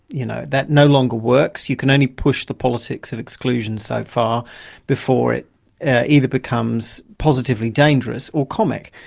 you know that no longer works. you can only push the politics of exclusion so far before it either becomes positively dangerous or comic.